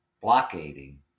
blockading